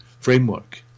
framework